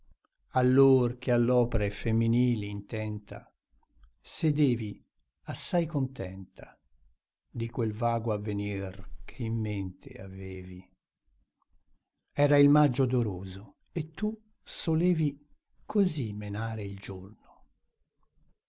allor che all'opre femminili intenta sedevi assai contenta di quel vago avvenir che in mente avevi era il maggio odoroso e tu solevi così menare il giorno